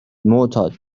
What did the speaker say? معتاد